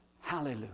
hallelujah